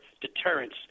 deterrence